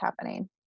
happening